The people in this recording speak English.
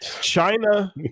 China